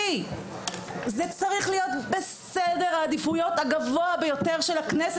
זה צריך להיות בסדר העדיפויות הגבוה ביותר של הכנסת,